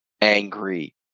angry